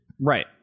Right